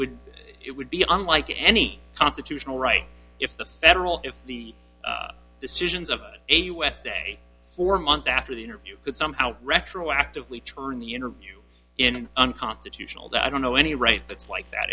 would it would be unlike any constitutional right if the federal if the decisions of a wet day or month after the interview could come out retroactively turn the interview in unconstitutional that i don't know any rights that's like that